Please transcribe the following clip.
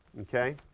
okay?